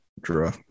draw